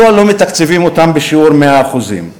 מדוע לא מתקצבים אותם בשיעור 100%?